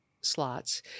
slots